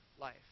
life